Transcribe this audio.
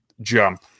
jump